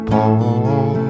Paul